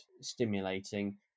stimulating